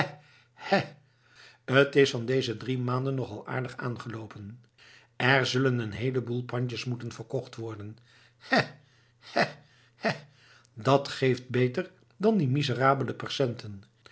t is van deze drie maanden nog al aardig aangeloopen er zullen een heele boel pandjes moeten verkocht worden hè hè hè dat geeft beter dan die miserale percenten